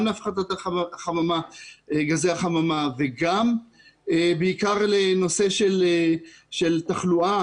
גם להפחתת גזי החממה וגם בעיקר לנושא של תחלואה,